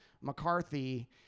McCarthy